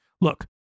Look